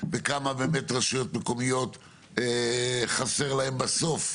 וכמה באמת רשויות מקומיות חסר להן בסוף?